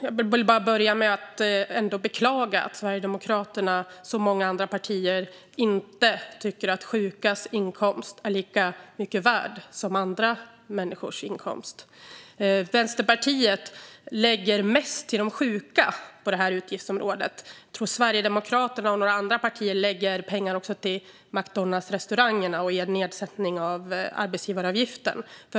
Fru talman! Jag vill börja med att beklaga att Sverigedemokraterna som många andra partier inte tycker att sjukas inkomst är lika mycket värd som andra människors inkomst. Vänsterpartiet lägger mest till de sjuka inom det här utgiftsområdet. Sverigedemokraterna och några andra partier lägger pengar på McDonalds-restaurangerna och ger dem en nedsättning av arbetsgivaravgiften.